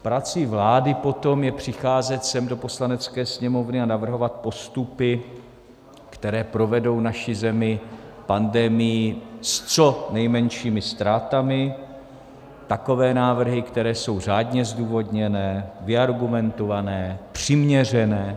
Prací vlády potom je přicházet sem do Poslanecké sněmovny a navrhovat postupy, které provedou naši zemi pandemií s co nejmenšími ztrátami, takové návrhy, které jsou řádně zdůvodněné, vyargumentované, přiměřené.